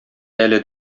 әле